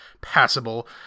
passable